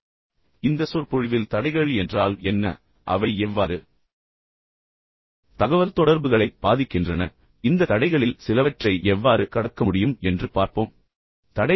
இப்போது இந்த சொற்பொழிவில் தடைகள் என்றால் என்ன பின்னர் அவை எவ்வாறு தகவல்தொடர்புகளை பாதிக்கின்றன இந்த தடைகளில் சிலவற்றை நாம் எவ்வாறு கடக்க முடியும் என்பதை அடையாளம் காண முயற்சிப்போம்